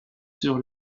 sur